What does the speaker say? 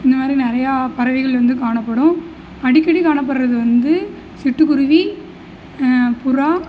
இந்தமாதிரி நிறையா பறவைகள் வந்து காணப்படும் அடிக்கடி காணப்படுறது வந்து சிட்டுக்குருவி புறா